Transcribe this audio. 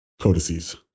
codices